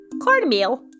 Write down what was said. cornmeal